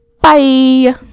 Bye